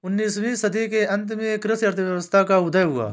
उन्नीस वीं सदी के अंत में कृषि अर्थशास्त्र का उदय हुआ